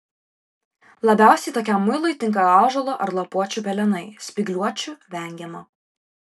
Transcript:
labiausiai tokiam muilui tinka ąžuolo ar lapuočių pelenai spygliuočių vengiama